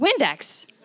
Windex